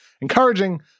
encouraging